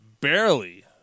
barely